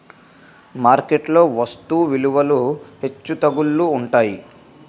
market లో వస్తు విలువలు హెచ్చుతగ్గులు ఉంటాయి